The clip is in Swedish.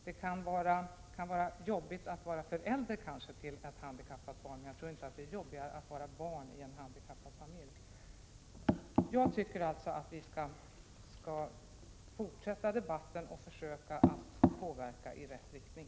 Det kan vara jobbigt att vara förälder till ett handikappat barn, men jag tror inte att det är jobbigt att vara barn till en handikappad förälder. Jag anser alltså att vi skall fortsätta debatten och försöka påverka i rätt riktning.